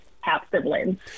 half-siblings